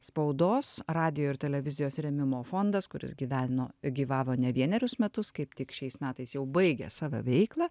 spaudos radijo ir televizijos rėmimo fondas kuris gyveno gyvavo ne vienerius metus kaip tik šiais metais jau baigė savo veiklą